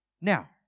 Now